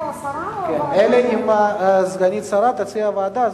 אלא אם סגנית השר תציע ועדה,